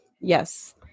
Yes